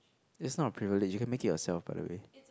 it's not a privilege you can make it yourself by the way